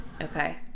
okay